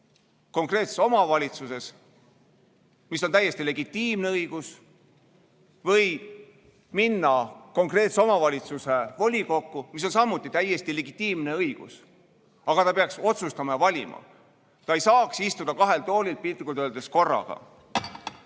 konkreetses omavalitsuses, mis on täiesti legitiimne õigus, või minna konkreetse omavalitsuse volikokku, mis on samuti täiesti legitiimne õigus. Aga ta peaks otsustama ja valima. Ta ei saaks istuda piltlikult öeldes kahel